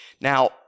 Now